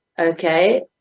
okay